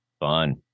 fun